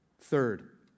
Third